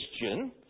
Christian